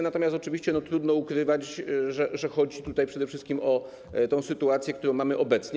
Natomiast oczywiście trudno ukrywać, że chodzi tutaj przede wszystkim o tę sytuację, którą mamy obecnie.